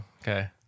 Okay